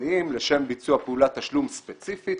זמניים לשם ביצוע פעולת תשלום ספציפית.